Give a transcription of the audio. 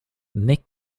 nick